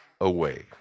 away